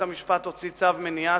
בית-המשפט הוציא צו מניעה,